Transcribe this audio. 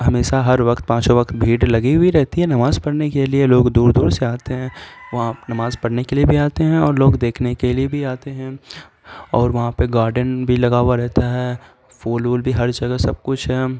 ہمیشہ ہر وقت پانچوں وقت بھیڑ لگی ہوئی رہتی ہے نماز پڑھنے کے لیے لوگ دور دور سے آتے ہیں وہاں پہ نماز پڑھنے کے لیے بھی آتے ہیں اور لوگ دیکھنے کے لیے بھی آتے ہیں اور وہاں پہ گارڈن بھی لگا ہوا رہتا ہے پھول وول بھی ہر جگہ سب کچھ ہے